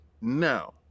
now